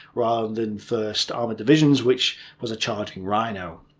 rather than first armoured division's, which was a charging rhino.